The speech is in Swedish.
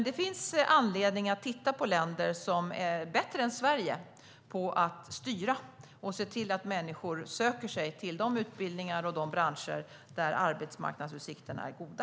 Det finns anledning att titta på länder som är bättre än Sverige på att styra och se till att människor söker sig till de utbildningar och branscher där arbetsmarknadsutsikterna är goda.